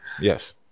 Yes